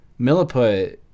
Milliput